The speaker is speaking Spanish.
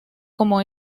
como